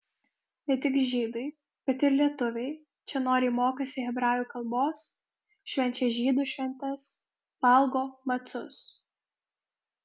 ne tik žydai bet ir lietuviai čia noriai mokosi hebrajų kalbos švenčia žydų šventes valgo macus